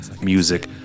music